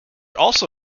also